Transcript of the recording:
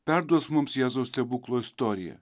perduos mums jėzaus stebuklo istoriją